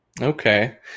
Okay